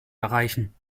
erreichen